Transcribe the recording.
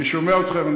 אני שומע אתכם.